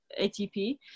atp